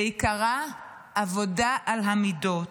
ועיקרה עבודה על המידות,